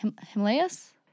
Himalayas